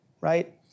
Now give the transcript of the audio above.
right